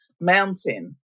mountain